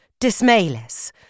dismayless